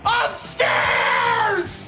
upstairs